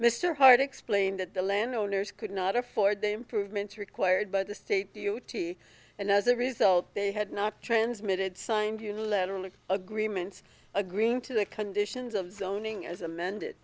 mr hart explained that the land owners could not afford the improvements required by the state duty and as a result they had not transmitted signed unilaterally agreements agreeing the conditions of zoning as amended